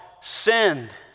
sinned